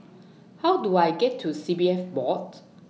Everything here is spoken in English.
How Do I get to C P F Board